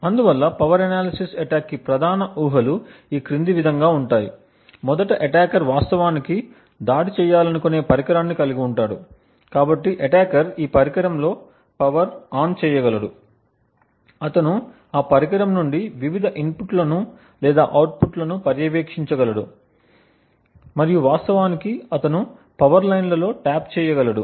అందువల్ల power analysis అటాక్కి ప్రధాన ఊహలు ఈ క్రింది విధంగా ఉంటాయి మొదట అటాకర్ వాస్తవానికి దాడి చేయాలనుకునే పరికరాన్ని కలిగి ఉంటాడు కాబట్టి అటాకర్ ఈ పరికరంలో పవర్ ఆన్ చేయగలడు అతను ఆ పరికరం నుండి వివిధ ఇన్పుట్లను లేదా అవుట్పుట్లను పర్యవేక్షించగలడు మరియు వాస్తవానికి అతను పవర్ లైన్ల లో టాప్ చేయగలడు